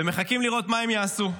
ומחכים לראות מה הם יעשו.